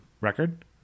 record